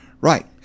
Right